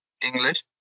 English